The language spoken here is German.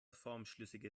formschlüssige